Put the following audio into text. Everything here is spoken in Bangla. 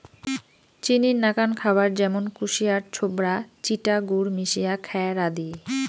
চিনির নাকান খাবার য্যামুন কুশিয়ার ছোবড়া, চিটা গুড় মিশিয়া খ্যার আদি